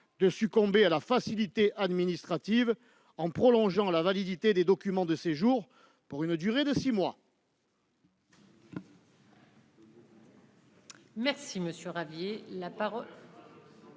de succomber à la facilité administrative en prolongeant la validité des documents de séjour pour une durée de six mois.